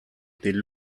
était